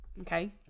Okay